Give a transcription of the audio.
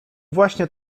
właśnie